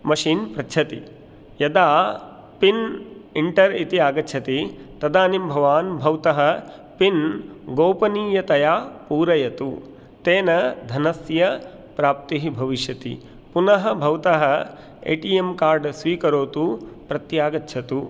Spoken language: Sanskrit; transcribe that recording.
मशिन् पृच्छति यदा पिन् इण्टर् इति आगच्छति तदानीं भवान् भवतः पिन् गोपनीयतया पूरयतु तेन धनस्य प्राप्तिः भविष्यति पुनः भवतः ए टि एम् कार्ड् स्वीकरोतु प्रत्यागच्छतु